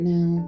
Now